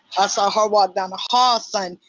i saw her walk down the hall, son,